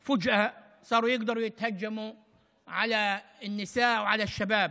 למה פתאום יש להם אפשרות לתקוף נשים וצעירים?)